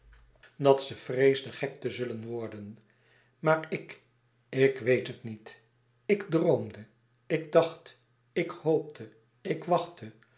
dat ze vreesde gek te zullen worden maar ik ik weet het niet ik droomde ik dacht ik hoopte ik wachtte